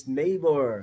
neighbor